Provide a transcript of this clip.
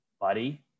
buddy